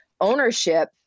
ownership